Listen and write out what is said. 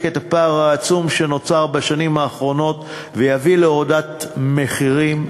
את הפער העצום שנוצר בשנים האחרונות ויביא להורדת מחירים.